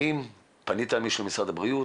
האם פנית למישהו ממשרד הבריאות?